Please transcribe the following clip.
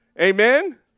Amen